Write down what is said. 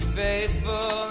faithful